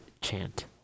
chant